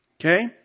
Okay